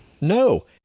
No